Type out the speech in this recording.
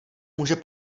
může